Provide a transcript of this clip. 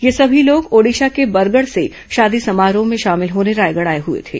ये सभी लोग ओडिशा के बरगड से शादी समारोह में शामिल होने रायगढ आए हए थे